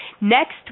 Next